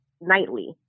nightly